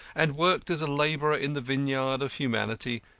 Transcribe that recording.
and worked as a labourer in the vineyard of humanity,